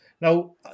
Now